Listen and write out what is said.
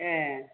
एह